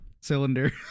cylinder